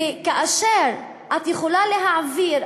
וכאשר את יכולה להעביר,